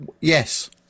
Yes